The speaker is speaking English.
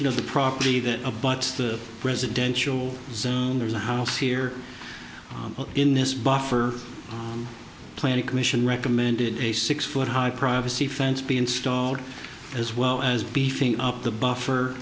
of the property that abuts the residential zone or the house here in this buffer planning commission recommended a six foot high privacy fence be installed as well as beefing up the buffer